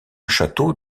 château